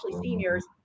seniors